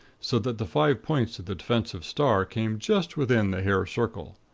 so that the five points of the defensive star came just within the hair circle.